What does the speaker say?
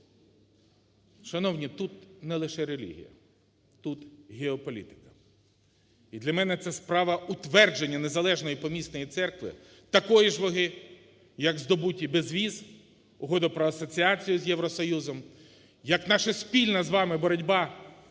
Шановні, тут не лише релігія – тут геополітика. І для мене ця справа утвердження незалежної помісної церкви такої ж ваги, як здобуті безвіз, Угода про асоціацію з Євросоюзом, як наша спільна з вами боротьба